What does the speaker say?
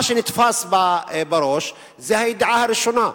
מה שנתפס בראש זה הידיעה הראשונה.